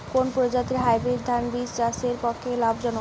কোন প্রজাতীর হাইব্রিড ধান বীজ চাষের পক্ষে লাভজনক?